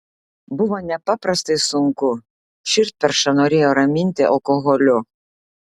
buvo nepaprastai sunku širdperšą norėjo raminti alkoholiu